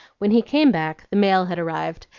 when he came back the mail had arrived,